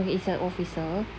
oh is a officer